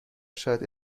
شاید